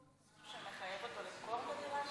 קורה אחר, יש לו, שמחייב אותו למכור את הדירה שלו?